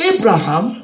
Abraham